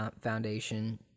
Foundation